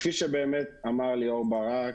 כפי שאמר ליאור ברק,